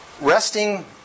Resting